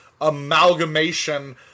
amalgamation